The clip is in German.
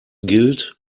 gilt